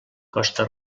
costa